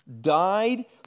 died